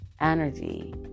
energy